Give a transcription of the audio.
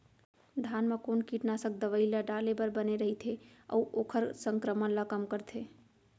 धान म कोन कीटनाशक दवई ल डाले बर बने रइथे, अऊ ओखर संक्रमण ल कम करथें?